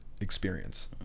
experience